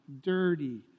dirty